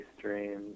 dreams